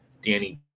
Danny